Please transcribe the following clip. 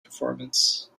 performance